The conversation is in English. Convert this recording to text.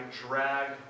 drag